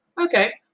okay